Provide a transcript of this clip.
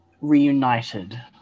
reunited